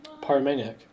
Pyromaniac